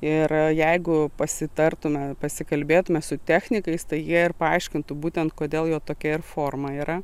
ir jeigu pasitartume pasikalbėtume su technikais tai jie ir paaiškintų būtent kodėl jo tokia ir forma yra